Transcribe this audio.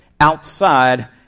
outside